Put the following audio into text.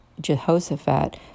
Jehoshaphat